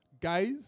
Guys